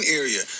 area